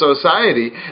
society